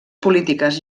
polítiques